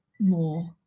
more